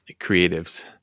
creatives